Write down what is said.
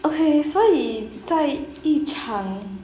okay 所以在一场